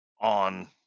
on